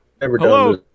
Hello